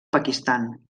pakistan